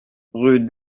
rue